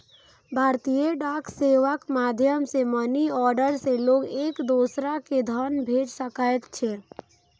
भारतीय डाक सेवाक माध्यम सं मनीऑर्डर सं लोग एक दोसरा कें धन भेज सकैत रहै